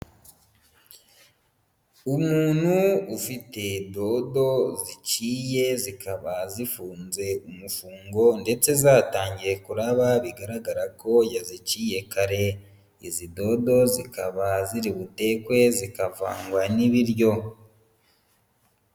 Umuntu ufite dodo ziciye zikaba zifunze umufungungo ndetse zatangiye kuraba, bigaragara ko yaziciye kare. Izi dodo zikaba ziri butekwe zikavangwa n'ibiryo.